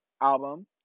album